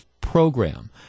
program